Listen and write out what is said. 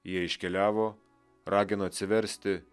jie iškeliavo ragino atsiversti